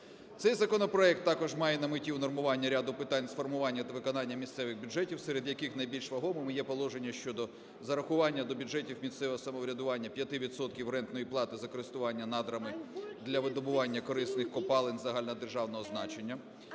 Цей законопроект також має на меті унормування ряду питань з формування та виконання місцевих бюджетів, серед яких найбільш вагомими є положення щодо зарахування до бюджетів місцевого самоврядування п'яти відсотків рентної плати за користування надрами для видобування корисних копалин загальнодержавного значення;